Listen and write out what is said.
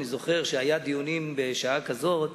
אני זוכר שכשהיו דיונים בשעה כזאת השרים,